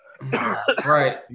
Right